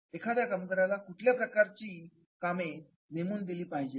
एखाद्या कामगाराला कुठल्या प्रकारच्या असाइनमेंट्स नेमून दिल्या पाहिजेत